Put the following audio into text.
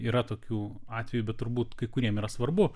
yra tokių atvejų bet turbūt kai kuriem yra svarbu